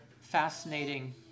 fascinating